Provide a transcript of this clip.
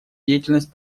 деятельность